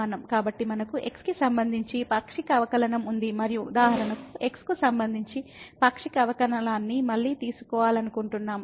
కాబట్టి మనకు x కి సంబంధించి పాక్షిక అవకలనం ఉంది మరియు ఉదాహరణకు x కు సంబంధించి పాక్షిక అవకలనాన్ని మళ్ళీ తీసుకోవాలనుకుంటున్నాము